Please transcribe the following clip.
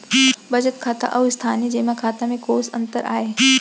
बचत खाता अऊ स्थानीय जेमा खाता में कोस अंतर आय?